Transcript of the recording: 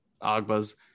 Agba's